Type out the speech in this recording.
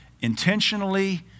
intentionally